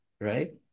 right